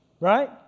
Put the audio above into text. Right